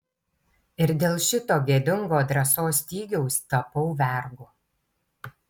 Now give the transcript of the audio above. ir dėl šito gėdingo drąsos stygiaus tapau vergu